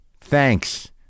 Thanks